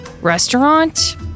restaurant